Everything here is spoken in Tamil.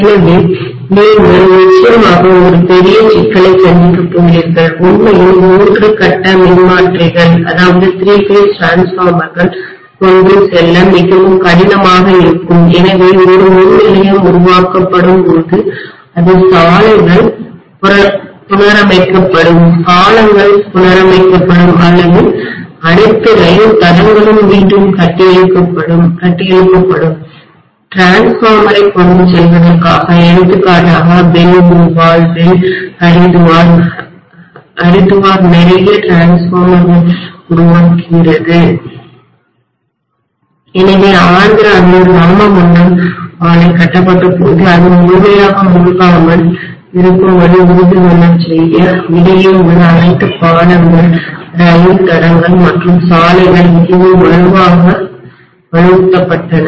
எனவே நீங்கள் நிச்சயமாக ஒரு பெரிய சிக்கலை சந்திக்கப் போகிறீர்கள் உண்மையில் மூன்று கட்ட மின்மாற்றிகள்திரி பேஸ் டிரான்ஸ்ஃபார்மர்கள் கொண்டு செல்ல மிகவும் கடினமாக இருக்கும் எனவே ஒரு மின்நிலையம் உருவாக்கப்படும்போது சாலைகள் புனரமைக்கப்படும் பாலங்கள் புனரமைக்கப்படும் அனைத்து ரயில் தடங்களும் மீண்டும் கட்டியெழுப்பப்படும் டிரான்ஸ்ஃபார்மரை மின்மாற்றியைக் கொண்டு செல்வதற்காக எடுத்துக்காட்டாக BHEL போபால் BHEL ஹரித்வார் ஹரித்வார் நிறைய டிரான்ஸ்ஃபார்மர்கள் மின்மாற்றிகளை உருவாக்குகிறது எனவே ஆந்திராவில் ராமகுண்டம் ஆலை கட்டப்பட்டபோது அது முழுமையாக மூழ்காமல் இருக்கும்படி உறுதி செய்து கொள்ள இடையே உள்ள அனைத்து பாலங்கள் ரயில் தடங்கள் மற்றும் சாலைகள் மிகவும் வலுவாக வலுவூட்டப்பட்டன